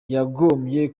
yagombye